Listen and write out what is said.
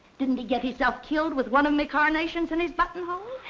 didn't he get hisself killed with one of me carnations in his buttonhole?